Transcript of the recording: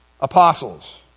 apostles